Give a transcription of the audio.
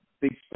Big